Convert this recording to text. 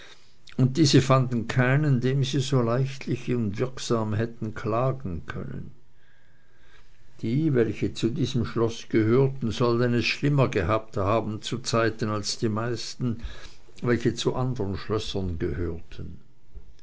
und diese fanden keinen dem sie so leichtlich und wirksam klagen konnten die welche zu diesem schlosse gehörten sollen es schlimmer gehabt haben zuzeiten als die meisten welche zu andern schlössern gehörten